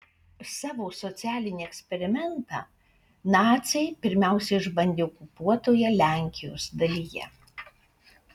savo socialinį eksperimentą naciai pirmiausia išbandė okupuotoje lenkijos dalyje